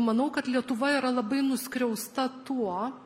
manau kad lietuva yra labai nuskriausta tuo